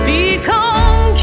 Become